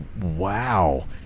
Wow